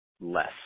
less